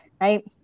right